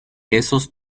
esos